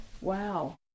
Wow